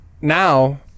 now